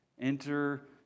Enter